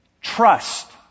Trust